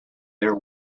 their